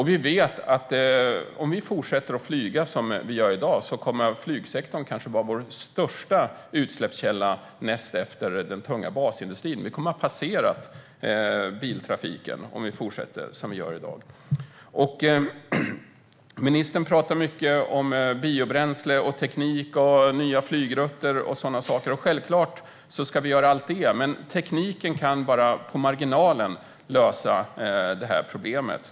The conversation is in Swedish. Vi vet att om vi fortsätter att flyga som vi gör i dag kommer flygsektorn kanske att vara vår största utsläppskälla näst efter den tunga basindustrin. Vi kommer att ha passerat biltrafiken om vi fortsätter som vi gör i dag. Ministern talar mycket om biobränsle, teknik, nya flygrutter och sådana saker. Vi ska självklart göra allt det. Men tekniken kan bara på marginalen lösa problemet.